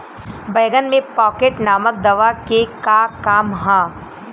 बैंगन में पॉकेट नामक दवा के का काम ह?